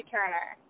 Turner